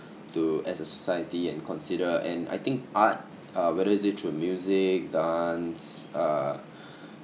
to as a society and consider and I think art uh whether is it through music dance uh